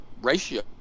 ratio